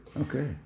Okay